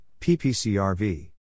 PPCRV